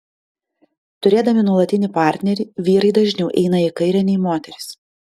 turėdami nuolatinį partnerį vyrai dažniau eina į kairę nei moterys